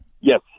yes